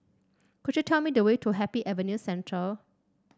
could you tell me the way to Happy Avenue Central